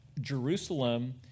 Jerusalem